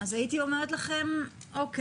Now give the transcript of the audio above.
אז הייתי אומרת לכם או.